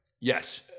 Yes